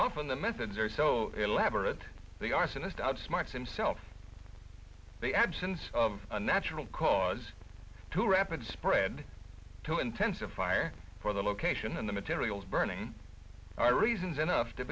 often the messenger so elaborate the arsonist outsmarts himself the absence of a natural cause to rapid spread to intensify or for the location and the materials burning all reasons enough to